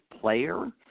player